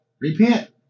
Repent